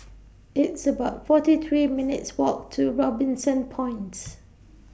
It's about forty three minutes' Walk to Robinson Points